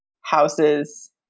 house's